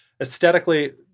aesthetically